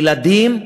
ילדים,